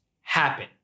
happen